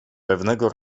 pewnego